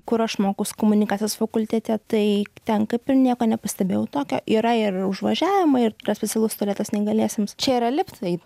kur aš mokaus komunikacijos fakultete tai ten kaip ir nieko nepastebėjau tokio yra ir užvažiavimai ir yra specialus tualetas neįgaliesiems čia yra liftai